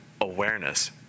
awareness